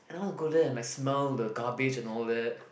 then I want to go there and like smell the garbage and all that